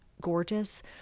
gorgeous